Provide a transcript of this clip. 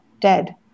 dead